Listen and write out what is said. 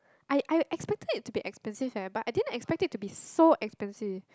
I I expected it to be expensive eh but I didn't expect it to be so expensive